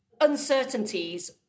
uncertainties